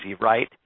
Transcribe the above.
right